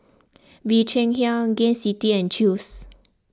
Bee Cheng Hiang Gain City and Chew's